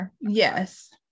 yes